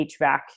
hvac